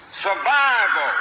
Survival